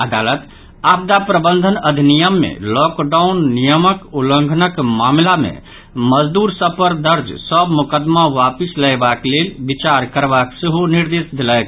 अदालत आपदा प्रबंधन अधिनियम मे लॉकडाउन नियमक उल्लंघनक मामिला मे मजदूर सभ पर दर्ज सभ मोकदमा वापिस लयबाक लेल विचार करबाक सेहो निर्देश देलक